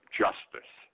justice